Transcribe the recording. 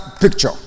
picture